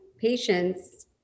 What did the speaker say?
patients